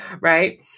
Right